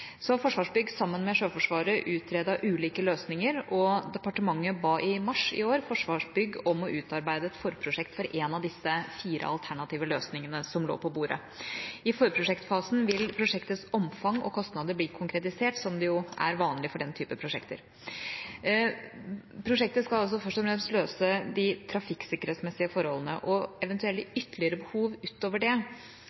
Forsvarsbygg har sammen med Sjøforsvaret utredet ulike løsninger, og departementet ba i mars i år Forsvarsbygg om å utarbeide et forprosjekt for en av de fire alternative løsningene som lå på bordet. I forprosjektfasen vil prosjektets omfang og kostnader bli konkretisert, noe som er vanlig for den type prosjekter. Prosjektet skal altså først og fremst løse de trafikksikkerhetsmessige forholdene. Eventuelle